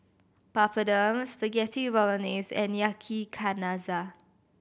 Papadum Spaghetti Bolognese and Yakizakana